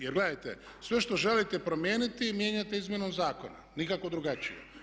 Jer gledajte, sve što želite promijeniti mijenjate izmjenom zakona, nikako drugačije.